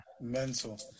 mental